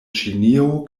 ĉinio